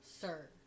Sir